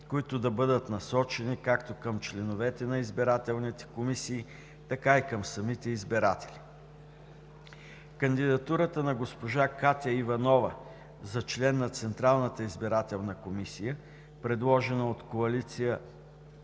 които да бъдат насочени както към членовете на избирателните комисии, така и към самите избиратели. Кандидатурата на госпожа Катя Иванова за член на Централната избирателна комисия, предложена от Коалиция „България